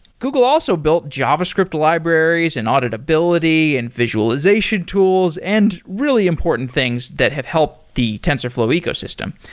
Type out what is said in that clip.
google also built javascript libraries, and auditability, and visualization tools, and really important things that have helped the tensorflow ecosystem.